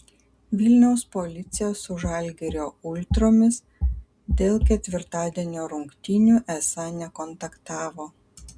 vilniaus policija su žalgirio ultromis dėl ketvirtadienio rungtynių esą nekontaktavo